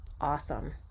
Awesome